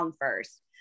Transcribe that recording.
first